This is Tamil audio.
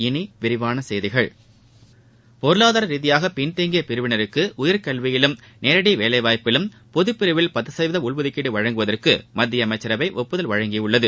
இனி விரிவான செய்திகள் பொருளாதார ரீதியாக பின்தங்கிய பிரிவினருக்கு உயர்கல்வியிலும் நேரடி வேலை வாய்ப்பிலும் பொதுப்பிரிவில் பத்து சதவீத உள்ஒதுக்கீடு வழங்குவதற்கு மத்திய அமைச்சரவை ஒப்புதல் அளித்துள்ளது